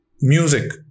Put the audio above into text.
music